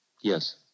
Yes